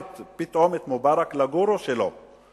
פתאום הוא הפך את מובארק לגורו שלו,